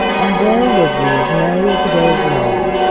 and there live we as merry as the day is long.